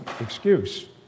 excuse